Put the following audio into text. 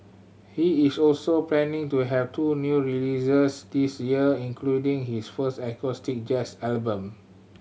he is also planning to have two new releases this year including his first acoustic jazz album